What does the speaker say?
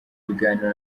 ibiganiro